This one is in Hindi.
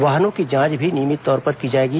वाहनों की जांच भी नियमित तौर पर की जाएगी